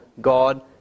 God